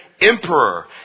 emperor